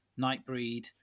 Nightbreed